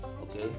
Okay